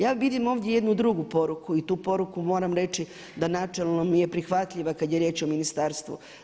Ja vidim ovdje jednu drugu poruku i tu poruku moram reći da načelno mi je prihvatljiva kada je riječ o ministarstvu.